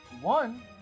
one